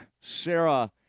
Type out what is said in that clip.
Sarah